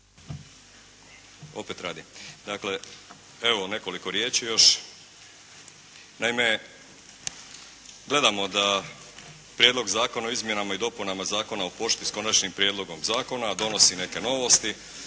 (HDZ)** Dakle, evo nekoliko riječi još. Naime, gledamo da Prijedlog zakona o izmjenama i dopunama Zakona o pošti s konačnim prijedlogom zakona donosi neke novosti.